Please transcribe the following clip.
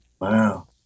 Wow